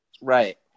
Right